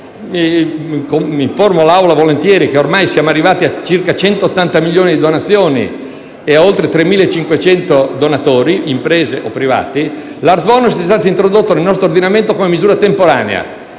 piacere l'Assemblea che ormai siamo arrivati a circa 180 milioni di euro di donazioni e a oltre 3.500 donatori tra imprese e privati. L'Art bonus è stato introdotto nel nostro ordinamento come misura temporanea